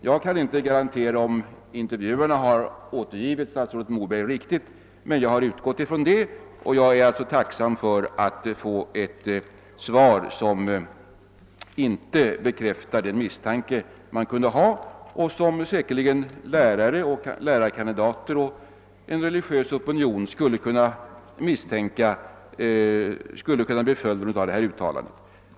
Jag kan inte garantera att intervjun har återgivit statsrådet Mobergs uttalande riktigt, men jag har utgått från det. Jag är tacksam för att få ett svar som inte bekräftar den misstanke hos lärare, lärarkandidater och en religiös opinion som skulle kunna bli följden av ett sådant uttalande.